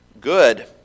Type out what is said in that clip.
good